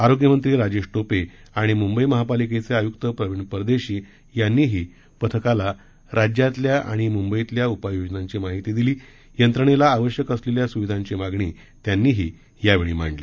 आरोग्यमंत्री राजेश टोपे आणि मुंबई महापालिकेचे आयुक्त प्रविण परदेशी यांनीही पथकाला राज्यातल्या आणि बृहन्मुंबईतल्या उपायोजनांची माहिती दिली यंत्रणेला आवश्यक असलेल्या सुविधांची मागणी त्यांनीही यावेळी मांडली